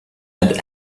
had